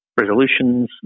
resolutions